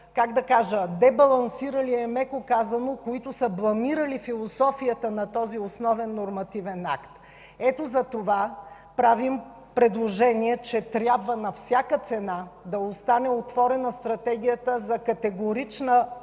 как да кажа, са дебалансирали е меко казано, са бламирали философията на този основен нормативен акт. Ето затова правим предложение, че Стратегията трябва на всяка цена да остане отворена, за категорична